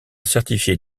certifié